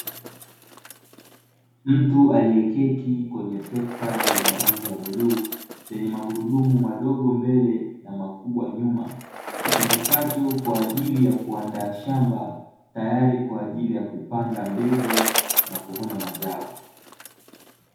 Mtu aliyeketi kwenye trekta lenye rangi ya bluu, lenye magurudumu madogo mbele na makubwa nyuma, kitumikacho kwa ajili ya kuandaa shamba tayari kwa ajili ya kupanda mbegu na kuvuna mazao.